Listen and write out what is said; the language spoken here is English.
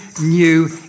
new